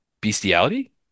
bestiality